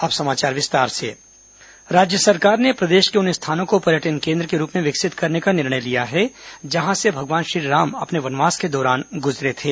अब समाचार विस्तार से मंत्रिमंडल निर्णय राज्य सरकार ने प्रदेश के उन स्थानों को पर्यटन केन्द्र के रूप में विकसित करने का निर्णय लिया है जहां से भगवान श्रीराम अपने वनवास के दौरान गुजरे थे